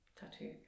tattoo